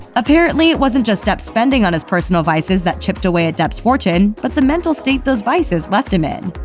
apparently it wasn't just depp's spending on his personal vices that chipped away at depp's fortune, but the mental state those vices left him in.